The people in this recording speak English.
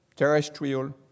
Terrestrial